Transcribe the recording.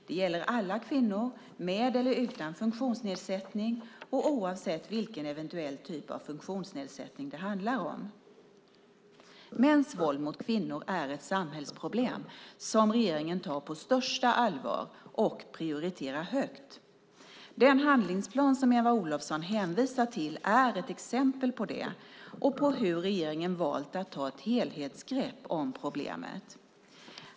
Det gäller alla kvinnor, med eller utan funktionsnedsättning och oavsett vilken eventuell typ av funktionsnedsättning det handlar om. Mäns våld mot kvinnor är ett samhällsproblem som regeringen tar på största allvar och prioriterar högt. Den handlingsplan som Eva Olofsson hänvisar till är ett exempel på det och på hur regeringen valt att ta ett helhetsgrepp om problemet.